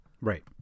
Right